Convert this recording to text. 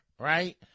right